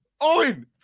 Owen